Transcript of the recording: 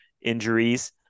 injuries